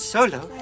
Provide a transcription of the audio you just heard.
Solo